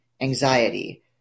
anxiety